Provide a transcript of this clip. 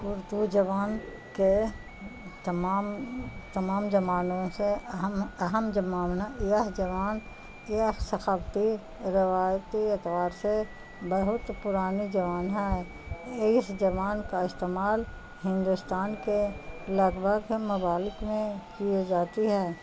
اردو جبان کے تمام تمام جمانوں سے اہم اہم جمامنا یہ جوان یہ ثقافتی روایتی اعتبار سے بہت پرانی جوان ہے اس جبان کا استعمال ہندوستان کے لگ بھگ مبالک میں کی جاتی ہے